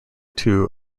two